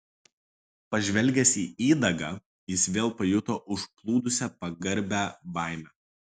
pažvelgęs į įdagą jis vėl pajuto užplūdusią pagarbią baimę